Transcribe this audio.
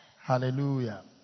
hallelujah